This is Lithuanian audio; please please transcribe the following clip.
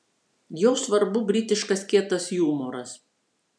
jo svarbu britiškas kietas jumoras